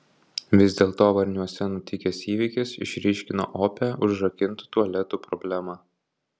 vis dėlto varniuose nutikęs įvykis išryškino opią užrakintų tualetų problemą